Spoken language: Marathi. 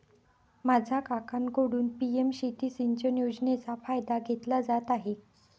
माझा काकांकडून पी.एम शेती सिंचन योजनेचा फायदा घेतला जात आहे